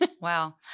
Wow